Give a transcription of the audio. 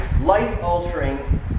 life-altering